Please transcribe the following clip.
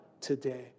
today